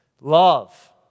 Love